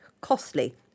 costly